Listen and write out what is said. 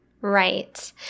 Right